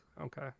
Okay